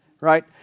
right